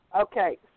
Okay